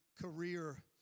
career